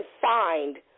find